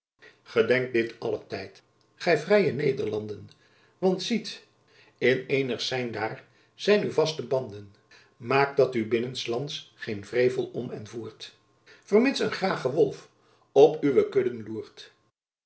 ghedenkt dit alle tijt ghy vrije nederlanden want siet in eenigh zijn daer zijn u vaste banden maect dat u binnen s lands geen wrevel om en voert vermits een grage wolf op uwe kudden loert